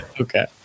okay